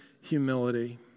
humility